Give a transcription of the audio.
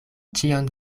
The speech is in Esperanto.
ĉion